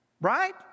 Right